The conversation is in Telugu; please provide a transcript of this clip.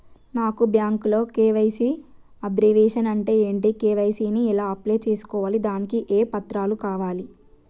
నాకు బ్యాంకులో కే.వై.సీ అబ్రివేషన్ అంటే ఏంటి కే.వై.సీ ని ఎలా అప్లై చేసుకోవాలి దానికి ఏ పత్రాలు కావాలి?